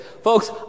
Folks